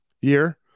year